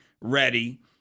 ready